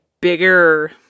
bigger